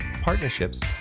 partnerships